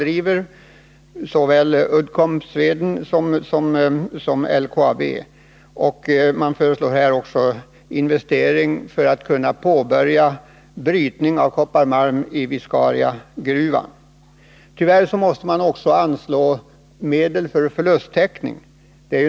Det gäller såväl Uddcomb Sweden AB som LKAB. Det föreslås också kapitaltillskott för att brytning av kopparmalm i Viscariagruvan skall kunna påbörjas. Tyvärr måste man också anslå medel för förlusttäckning.